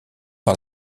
par